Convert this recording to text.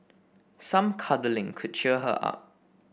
some cuddling could cheer her up